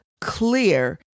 clear